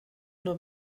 nur